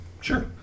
Sure